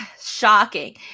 Shocking